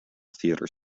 theatre